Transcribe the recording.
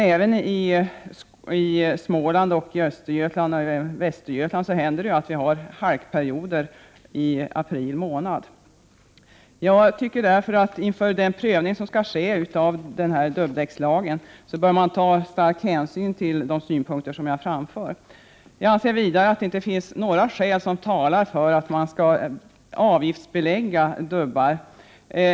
Även i Småland, Östergötland och Västergötland inträffar halkperioder i april månad. Inför den prövning som skall ske av dubbdäckslagen bör stor hänsyn tas till de synpunkter som jag har framfört. Jag anser vidare att det inte finns några skäl som talar för en avgiftsbelägg Prot. 1988/89:107 ning av dubbar.